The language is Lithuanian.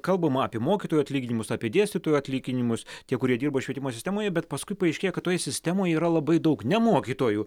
kalbama apie mokytojų atlyginimus apie dėstytojų atlyginimus tie kurie dirba švietimo sistemoje bet paskui paaiškėja kad toje sistemoje yra labai daug ne mokytojų